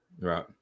Right